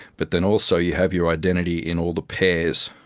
but then also you have your identity in all the pairs,